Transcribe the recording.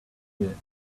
here